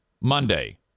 Monday